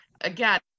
again